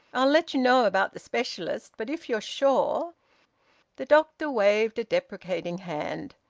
i'll let you know about the specialist. but if you're sure the doctor waved a deprecating hand.